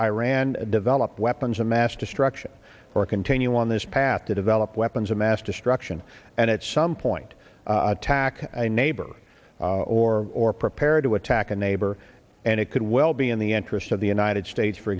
iran develop weapons of mass destruction or continue on this path to develop weapons of mass destruction and at some point attack a neighbor or or prepare to attack a neighbor and it could well be in the interest of the united states for